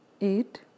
eight